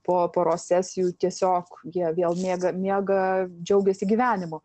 po poros sesijų tiesiog jie vėl miega miega džiaugiasi gyvenimu